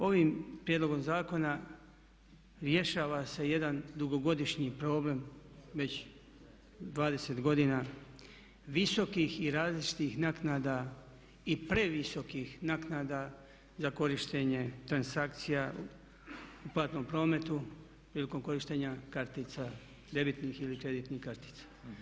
Ovim prijedlogom zakona rješava se jadan dugogodišnji problem već 20 godina visokih i različitih naknada i previsokih naknada za korištenje transakcija u platnom prometu prilikom korištenja kartica, debitnih ili kreditnih kartica.